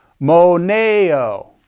Moneo